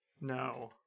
No